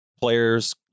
players